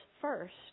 first